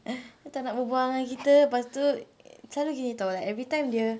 dia tak nak berbual dengan kita pastu selalu gini [tau] like everytime dia